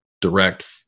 direct